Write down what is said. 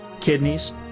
kidneys